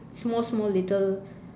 small small little